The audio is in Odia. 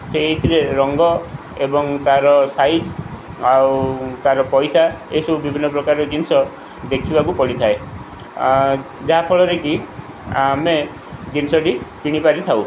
ସେଇଥିରେ ରଙ୍ଗ ଏବଂ ତା'ର ସାଇଜ୍ ଆଉ ତା'ର ପଇସା ଏସବୁ ବିଭିନ୍ନ ପ୍ରକାର ଜିନିଷ ଦେଖିବାକୁ ପଡ଼ିଥାଏ ଯାହାଫଳରେ କିି ଆମେ ଜିନିଷଟି କିଣି ପାରିଥାଉ